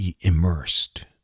immersed